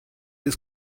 ist